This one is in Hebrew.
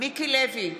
מיקי לוי,